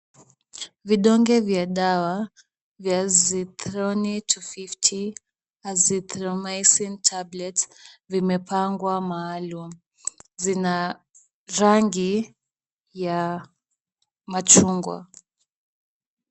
Vidonge vya dawa za Azythroni 250 Azithromycin tablet vimepangwa maalum. Zina rangi ya machungwa.